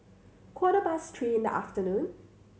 quarter past three in the afternoon